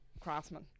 craftsmen